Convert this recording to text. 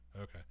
Okay